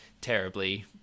terribly